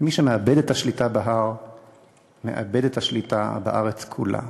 מי שמאבד את השליטה בהר מאבד את השליטה בארץ כולה,